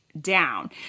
down